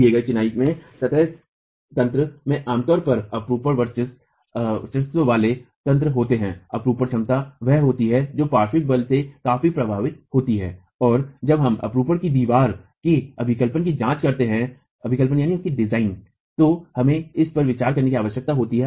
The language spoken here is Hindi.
दिए गए चिनाई मेंसतह तंत्र में आमतौर पर अपरूपण वर्चस्व वाले तंत्र होते हैं अपरूपण क्षमता वह होती है जो पार्श्व बल से काफी प्रभावित होती है और जब हम अपरूपण की दीवारों के अभिकल्पन की जांच करते हैं तो हमें इस पर विचार करने की आवश्यकता होती है